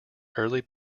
early